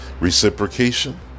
Reciprocation